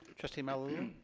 trustee malauulu?